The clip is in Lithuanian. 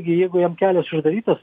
ir jeigu jam kelias uždarytas